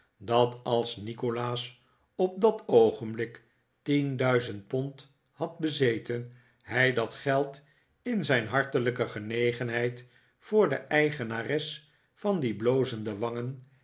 dat als nikolaas op dat oogenblik tien duizend pond had bezeten hij dat geld in zijn hartelijke genegenheid voor de eigenares van die blozende wangen